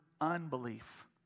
unbelief